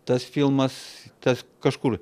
tas filmas tas kažkur